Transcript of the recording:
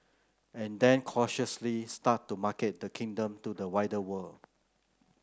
and then cautiously start to market the Kingdom to the wider world